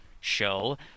show